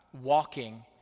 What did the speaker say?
walking